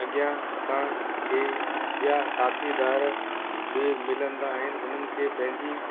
अॻियां असांखे ॿिया साथीदार बि मिलंदा आहिनि उन्हनि खे पंहिंजी